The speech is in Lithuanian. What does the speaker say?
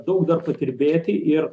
daug dar padirbėti ir